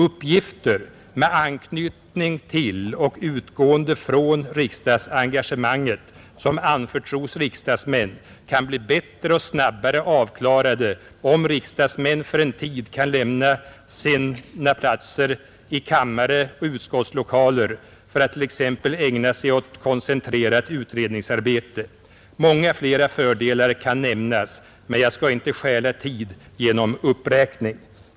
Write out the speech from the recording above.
Uppgifter med anknytning till och utgående från riksdagsengagemanget, som anförtros riksdagsmän, kan bli bättre och snabbare avklarat om riksdagsmän för en tid kan lämna sina platser i kammare och utskottslokaler för att t.ex. ägna sig åt koncentrerat utredningsarbete. Många flera fördelar kan nämnas men jag skall inte stjäla tid genom en uppräkning.